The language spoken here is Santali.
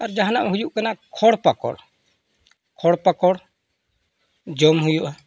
ᱟᱨ ᱡᱟᱦᱟᱱᱟᱜ ᱦᱩᱭᱩᱜ ᱠᱟᱱᱟ ᱠᱷᱚᱲ ᱯᱟᱠᱚᱲ ᱠᱷᱚᱲ ᱯᱟᱠᱚᱲ ᱡᱚᱢ ᱦᱩᱭᱩᱜᱼᱟ